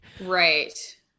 right